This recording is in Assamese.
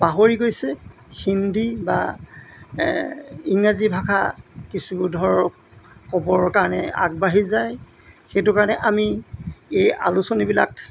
পাহৰি গৈছে হিন্দী বা ইংৰাজী ভাষা কিছু ধৰক ক'বৰ কাৰণে আগবাঢ়ি যায় সেইটো কাৰণে আমি এই আলোচনীবিলাক